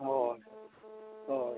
ᱦᱳᱭ ᱦᱳᱭ